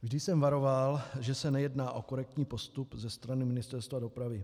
Vždy jsem varoval, že se nejedná o korektní postup ze strany Ministerstva dopravy.